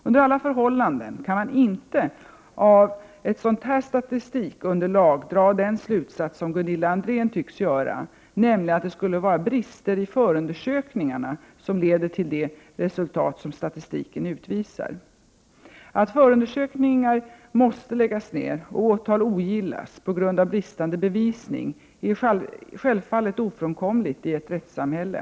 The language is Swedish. Under alla förhållanden kan man inte av ett sådant här statistikunderlag dra den slutsatsen som Gunilla André tycks göra, nämligen att det skulle vara brister i förundersökningarna som leder till det resultat som statistiken utvisar. Att förundersökningar måste läggas ned och åtal ogillas på grund av bristande bevisning är självfallet ofrånkomligt i ett rättssamhälle.